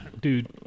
Dude